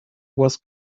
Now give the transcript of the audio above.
was